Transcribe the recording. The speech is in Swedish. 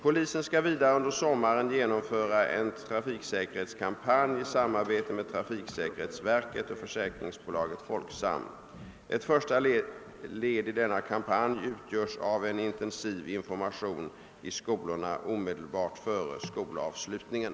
Polisen skall vidare under sommaren genomföra en trafiksäkerhetskampanj i samarbete med trafiksäkerhetsverket och försäkringsbolaget Folksam. Ett första led i denna kampanj utgörs av en intensiv information i skolorna omedelbart före skolavslutningen.